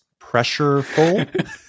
pressureful